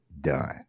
done